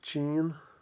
چیٖن